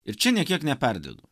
ir čia nė kiek neperdedu